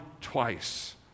twice